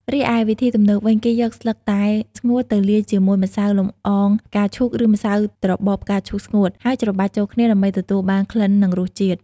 រីឯវិធីទំនើបវិញ គេយកស្លឹកតែស្ងួតទៅលាយជាមួយម្សៅលំអងផ្កាឈូកឬម្សៅត្របកផ្កាឈូកស្ងួត ហើយច្របាច់ចូលគ្នាដើម្បីទទួលបានក្លិននិងរសជាតិ។